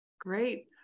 Great